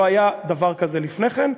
לא היה דבר כזה לפני כן,